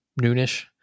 noonish